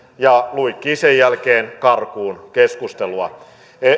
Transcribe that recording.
ja luikkii sen jälkeen karkuun keskustelua